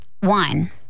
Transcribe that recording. One